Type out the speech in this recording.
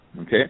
Okay